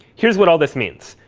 here's what all this means.